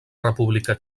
república